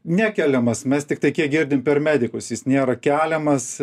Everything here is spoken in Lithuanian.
nekeliamas mes tiktai kiek girdim per medikus jis nėra keliamas